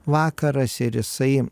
vakaras ir jisai